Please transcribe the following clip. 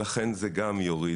לכן גם זה יוריד.